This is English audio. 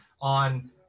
on